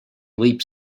võib